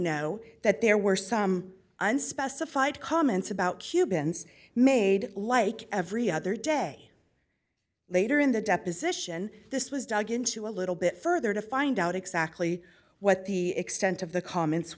know that there were some unspecified comments about cubans made like every other day later in the deposition this was dug into a little bit further to find out exactly what the extent of the comments